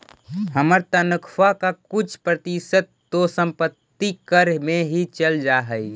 हमर तनख्वा का कुछ प्रतिशत तो संपत्ति कर में ही चल जा हई